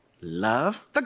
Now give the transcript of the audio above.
Love